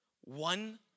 One